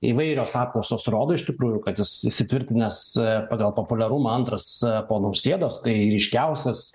įvairios apklausos rodo iš tikrųjų kad jis įsitvirtinęs pagal populiarumą antras po nausėdos tai ryškiausias